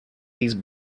these